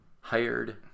hired